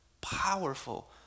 powerful